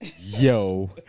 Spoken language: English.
Yo